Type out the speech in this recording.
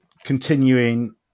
continuing